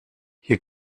hier